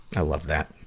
i love that.